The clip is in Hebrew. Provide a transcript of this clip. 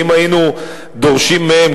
ואם היינו דורשים מהם,